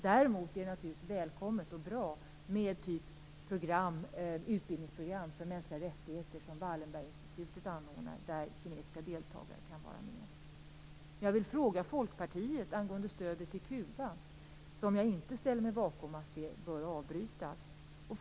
Däremot är det naturligtvis välkommet och bra med utbildningsprogram när det gäller mänskliga rättigheter som Wallenberginstitutet anordnar, där kinesiska deltagare kan vara med.